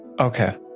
okay